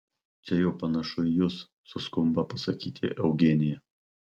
čia jau panašu į jus suskumba pasakyti eugenija